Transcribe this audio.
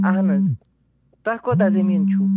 اہن حظ تۄہہِ کوتاہ زٔمیٖن چھُو